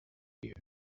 you